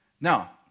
Now